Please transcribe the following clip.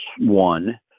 one